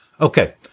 Okay